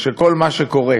שכל מה שקורה